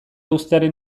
uztearen